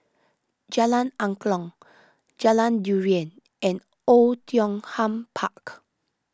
Jalan Angklong Jalan Durian and Oei Tiong Ham Park